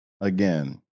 again